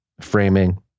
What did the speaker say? framing